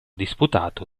disputato